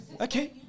Okay